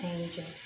angels